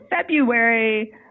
February